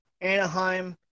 Anaheim